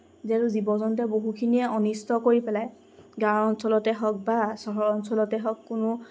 যিহেতু জীৱ জন্তুৱে বহুখিনিয়ে অনিষ্ট কৰি পেলায় গাঁৱৰ অঞ্চলতে হওক বা চহৰৰ অঞ্চলতে হওক কোনো